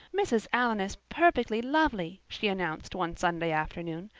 mrs. allan is perfectly lovely, she announced one sunday afternoon.